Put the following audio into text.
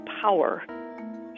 power